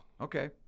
Okay